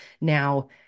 now